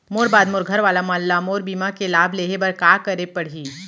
मोर बाद मोर घर वाला मन ला मोर बीमा के लाभ लेहे बर का करे पड़ही?